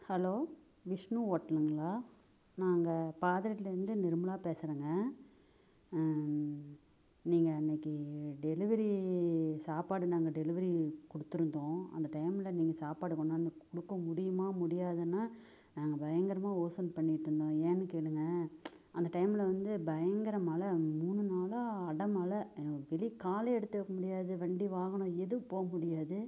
hello Vishnu ஹோட்டலுங்களா நாங்கள் பாதரியில இருந்து நிர்மலா பேசுகிறேங்க நீங்கள் அன்னைக்கு டெலிவரி சாப்பாடு நாங்கள் டெலிவரி கொடுத்துருந்தோம் அந்த டைம்ல நீங்கள் சாப்பாடு கொண்டு வந்து கொடுக்க முடியுமா முடியாதானா நாங்கள் பயங்கரமாக யோசனை பண்ணிகிட்ருந்தோம் ஏன்னு கேட்டிங்கனால் அந்த டைம்ல வந்து பயங்கர மழை மூணு நாளாக அடை மழை எனக் வெளியே காலே எடுத்து வைக்க முடியாது வண்டி வாகனம் எதுவும் போக முடியாது